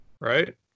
right